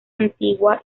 antigua